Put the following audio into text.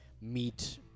meet